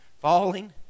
Falling